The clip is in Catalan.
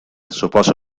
suposa